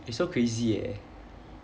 it's so crazy eh